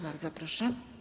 Bardzo proszę.